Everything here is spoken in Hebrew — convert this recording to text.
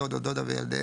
דוד או דודה וילדיהם,